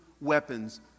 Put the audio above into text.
weapons